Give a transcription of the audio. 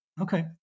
Okay